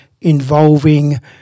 involving